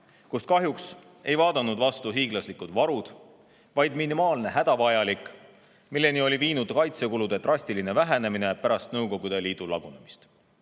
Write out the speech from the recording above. kust kahjuks ei vaadanud vastu hiiglaslikud varud, vaid minimaalne hädavajalik, milleni oli viinud kaitsekulude drastiline vähenemine pärast Nõukogude Liidu lagunemist.